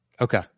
Okay